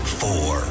four